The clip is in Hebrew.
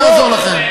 לא יעזור לכם,